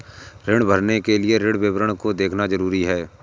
ऋण भरने के लिए ऋण विवरण को देखना ज़रूरी है